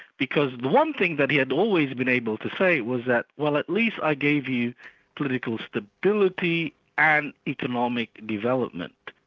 because the one thing that he had always been able to say was that well at least i gave you political stability and economic development.